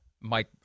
Mike